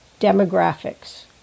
demographics